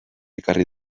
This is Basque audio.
ekarri